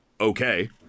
Okay